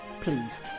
please